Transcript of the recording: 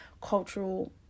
cultural